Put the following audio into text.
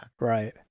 Right